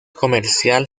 comercial